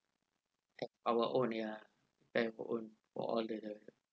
our own ya bear our own for all that the